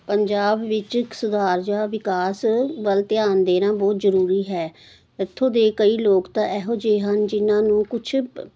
ਪੰਜਾਬ ਵਿੱਚ ਸੁਧਾਰ ਜਾਂ ਵਿਕਾਸ ਵੱਲ ਧਿਆਨ ਦੇਣਾ ਬਹੁਤ ਜ਼ਰੂਰੀ ਹੈ ਇੱਥੋਂ ਦੇ ਕਈ ਲੋਕ ਤਾਂ ਇਹੋ ਜਿਹੇ ਹਨ ਜਿਹਨਾਂ ਨੂੰ ਕੁਛ